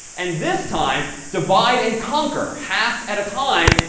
and this time divide and conquer, half at a time,